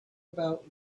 about